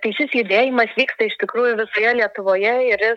tai šis judėjimas vyksta iš tikrųjų visoje lietuvoje ir jis